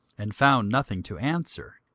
and found nothing to answer.